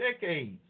decades